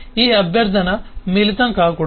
ఈ అభ్యర్థన మిళితం కాకూడదు